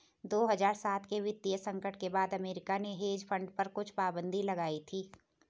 दो हज़ार सात के वित्तीय संकट के बाद अमेरिका ने हेज फंड पर कुछ पाबन्दी लगाई थी